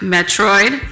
Metroid